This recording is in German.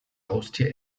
haustier